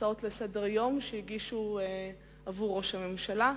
בהצעות לסדר-היום שהגישו לראש הממשלה.